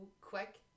quick